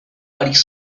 parís